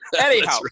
anyhow